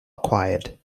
acquired